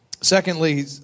Secondly